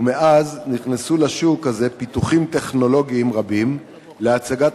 ומאז נכנסו לשוק פיתוחים טכנולוגיים רבים להצגת